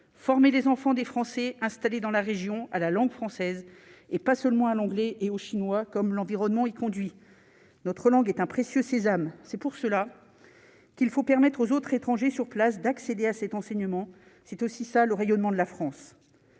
former les enfants des Français installés dans la région à la langue française et pas seulement à l'anglais et aux Chinois comme l'environnement, il conduit notre langue est un précieux sésame, c'est pour cela qu'il faut permettre aux autres étrangers sur place, d'accéder à cet enseignement, c'est aussi ça le rayonnement de la France,